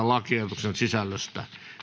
lakiehdotuksen sisällöstä